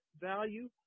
value